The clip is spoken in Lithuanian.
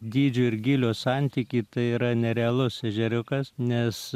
dydžio ir gylio santykį yra nerealus ežeriukas nes